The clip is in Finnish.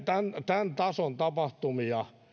tämän tason tapahtumia